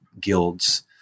guilds